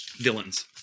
villains